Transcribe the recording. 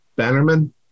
Bannerman